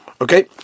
Okay